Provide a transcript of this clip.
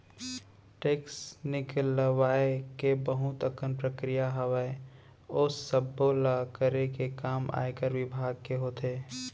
tax निकलवाय के बहुत अकन प्रक्रिया हावय, ओ सब्बो ल करे के काम आयकर बिभाग के होथे